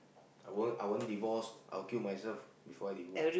I won't I won't divorce I'll kill myself before I divorce